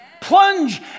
Plunge